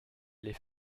les